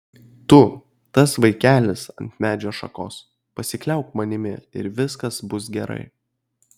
tu tas vaikelis ant medžio šakos pasikliauk manimi ir viskas bus gerai